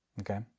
okay